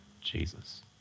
Jesus